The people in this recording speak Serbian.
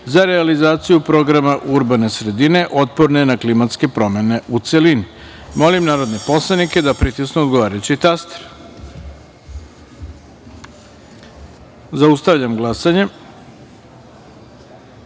za realizaciju Programa urbane sredine otporne na klimatske promene, u celini. Molim narodne poslanike da pritisnu odgovarajući taster. Zaustavljam glasanje: